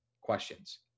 questions